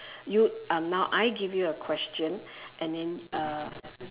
you um now I give you a question and then uh